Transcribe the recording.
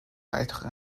weiteren